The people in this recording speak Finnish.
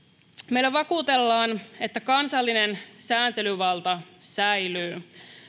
meillä vakuutellaan että kansallinen sääntelyvalta säilyy